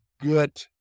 good